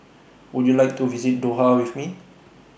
Would YOU like to visit Doha with Me